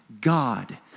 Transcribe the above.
God